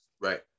Right